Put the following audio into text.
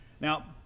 Now